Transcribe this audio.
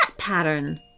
pattern